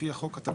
לפי החוק התקף,